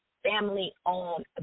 family-owned